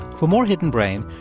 for more hidden brain,